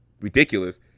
ridiculous